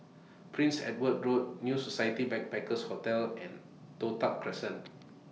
Prince Edward Road New Society Backpackers Hotel and Toh Tuck Crescent